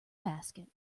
basket